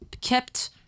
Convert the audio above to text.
kept